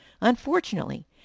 Unfortunately